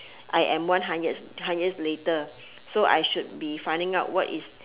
I am one hundreds hundreds later so I should be finding out what is